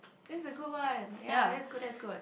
that's a good one ya that's good that's good